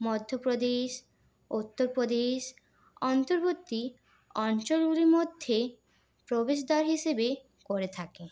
মধ্যপ্রদেশ উত্তরপ্রদেশ অন্তর্বর্তী অঞ্চলগুলির মধ্যে প্রবেশদ্বার হিসেবে করে থাকে